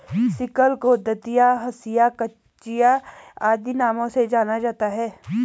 sickle को दँतिया, हँसिया, कचिया आदि नामों से जाना जाता है